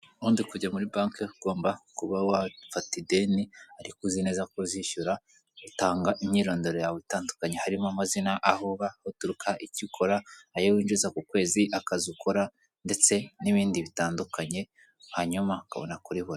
Ubundi kujya muri banki ugomba kuba wafata ideni ariko uzi neza ko uzishyura utanga imyirondoro yawe itandukanye harimo amazina, aho uba baturuka, icyo ukora ayo winjiza ku kwezi, akazi ukora ndetse n'ibindi bitandukanye hanyuma ukabona kuri buri.